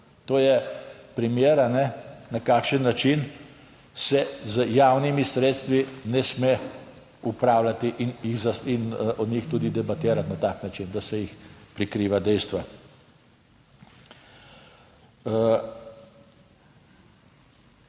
To je primer, na kakšen način se z javnimi sredstvi ne sme upravljati in o njih tudi debatirati na tak način, da se jih prikriva dejstva.